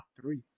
three